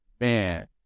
man